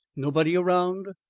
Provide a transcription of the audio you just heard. nobody around?